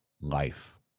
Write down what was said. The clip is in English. life